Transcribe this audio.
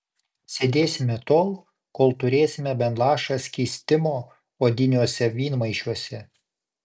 sėdėsime tol kol turėsime bent lašą skystimo odiniuose vynmaišiuose